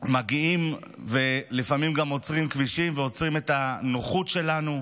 מגיעים ולפעמים גם עוצרים כבישים ועוצרים את הנוחות שלנו.